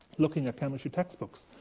looking at chemistry textbooks.